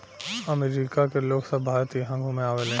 अमरिका के लोग सभ भारत इहा घुमे आवेले